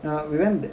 uh we went to that